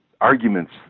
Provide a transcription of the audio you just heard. arguments